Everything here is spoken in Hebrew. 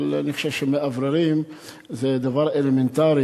אבל אני חושב שמאווררים זה דבר אלמנטרי